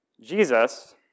Jesus